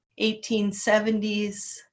1870s